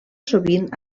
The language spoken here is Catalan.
sovint